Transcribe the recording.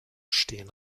stehen